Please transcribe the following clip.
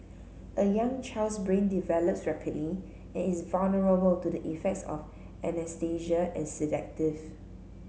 a young child's brain develops rapidly and is vulnerable to the effects of anaesthesia sedative